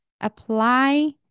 apply